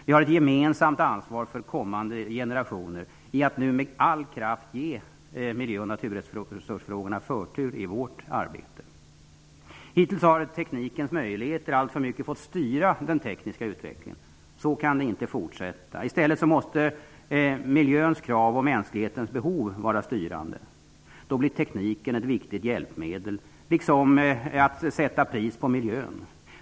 Vi har ett gemensamt ansvar inför kommande generationer att nu med all kraft ge miljö och naturresursfrågorna förtur i vårt arbete. Hittills har teknikens möjligheter alltför mycket fått styra den tekniska utvecklingen. Så kan det inte fortsätta. I stället måste miljöns krav och mänsklighetens behov vara styrande. Då blir tekniken ett viktigt hjälpmedel, liksom möjligheten att sätta pris på miljön.